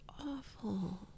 awful